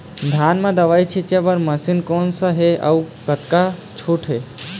धान म दवई छींचे बर मशीन कोन सा हे अउ कतका छूट हे?